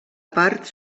part